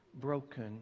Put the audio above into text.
broken